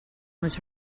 was